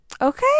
okay